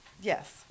Yes